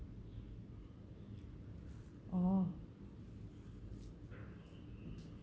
orh